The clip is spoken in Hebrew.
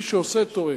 מי שעושה טועה.